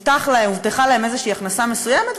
הובטחה להם איזושהי הכנסה מסוימת,